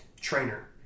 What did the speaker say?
trainer